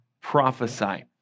prophesy